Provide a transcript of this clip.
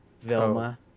Velma